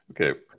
Okay